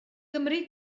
gymri